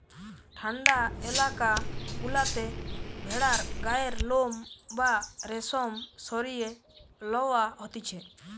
ঠান্ডা এলাকা গুলাতে ভেড়ার গায়ের লোম বা রেশম সরিয়ে লওয়া হতিছে